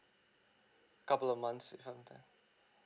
couple of months from there